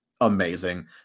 amazing